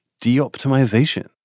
de-optimization